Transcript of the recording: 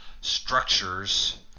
structures